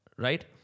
right